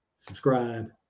subscribe